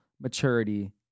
maturity